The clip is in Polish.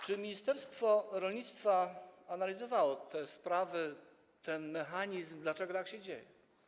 Czy ministerstwo rolnictwa analizowało te sprawy, ten mechanizm, dlaczego tak się dzieje?